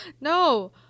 No